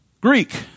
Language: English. Greek